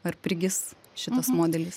ar prigis šitas modelis